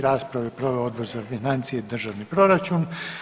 Raspravu je proveo Odbor za financije i državni proračun.